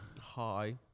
hi